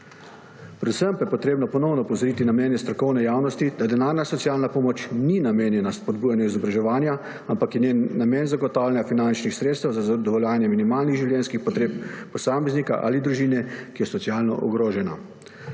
Predvsem pa je potrebno ponovno opozoriti na mnenje strokovne javnosti, da denarna socialna pomoč ni namenjena spodbujanju izobraževanja, ampak je njen namen zagotavljanje finančnih sredstev za zadovoljevanje minimalnih življenjskih potreb posameznika ali družine, ki je socialno ogrožena.